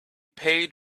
paid